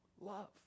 love